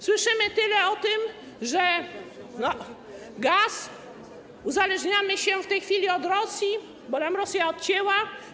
Słyszymy tyle o tym, że gaz, że uzależniamy się w tej chwili od Rosji, bo nam Rosja odcięła.